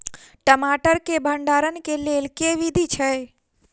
टमाटर केँ भण्डारण केँ लेल केँ विधि छैय?